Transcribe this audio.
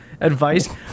advice